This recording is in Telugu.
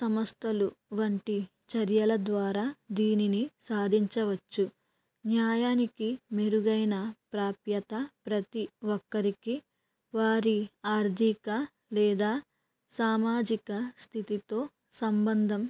సమస్థలు వంటి చర్యల ద్వారా దీనిని సాధించవచ్చు న్యాయానికి మెరుగైన ప్రాప్యత ప్రతీ ఒక్కరికి వారి ఆర్థిక లేదా సామాజిక స్థితితో సంబంధం